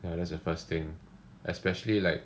ya that's the first thing especially like